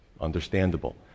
Understandable